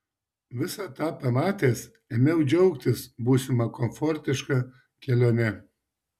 visą tą pamatęs ėmiau džiaugtis būsima komfortiška kelione